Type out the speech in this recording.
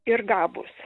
ir gabūs